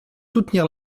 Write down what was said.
soutenir